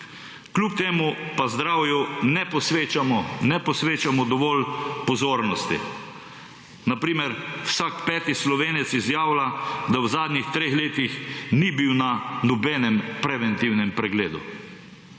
Kljub temu pa zdravju ne posvečamo dovolj pozornosti. Na primer vsak peti Slovenec izjavlja, da v zadnjih treh letih ni bil na nobenem preventivnem pregledu.